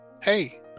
hey